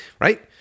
Right